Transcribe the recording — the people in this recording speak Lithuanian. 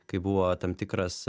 kai buvo tam tikras